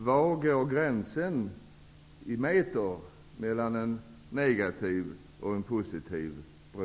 Var går gränsen i meter mellan en negativ och en positiv bro?